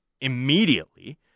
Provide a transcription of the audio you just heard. immediately